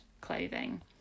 clothing